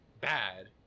bad